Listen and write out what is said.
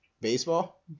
Baseball